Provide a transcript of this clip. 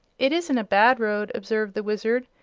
it isn't a bad road, observed the wizard,